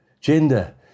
gender